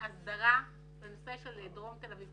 להסדרה בנושא של דרום תל אביב.